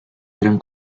eran